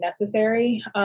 necessary